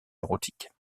érotiques